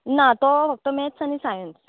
ना तो फक्त मॅथ्स आनी सायन्स